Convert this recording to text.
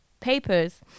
papers